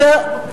אתה יודע,